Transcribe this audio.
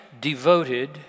devoted